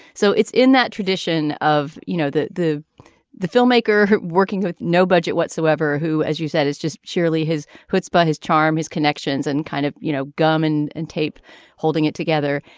so it's in that tradition of you know the the the filmmaker working with no budget whatsoever who as you said is just surely his puts by his charm his connections and kind of you know gunmen and tape holding it together.